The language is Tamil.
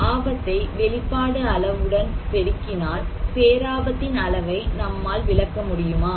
ஆபத்தை வெளிப்பாடு அளவுடன் பெருக்கினால் பேராபத்தின் அளவை நம்மால் விளக்கமுடியுமா